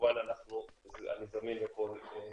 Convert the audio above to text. כמובן אני זמין לכל שאלה.